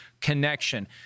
connection